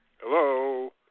Hello